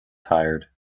tired